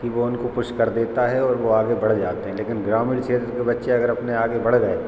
कि वो उनको पुश कर देता है और वो आगे बढ़ जाते हैं लेकिन ग्रामीण क्षेत्र के बच्चे अगर अपने आगे बढ़ गए